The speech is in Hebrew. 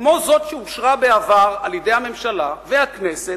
כמו זו שאושרה בעבר על-ידי הממשלה והכנסת,